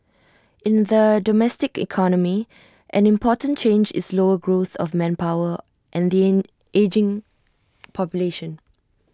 in the domestic economy an important change is slower growth of manpower and the in ageing population